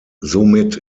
somit